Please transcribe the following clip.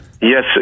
yes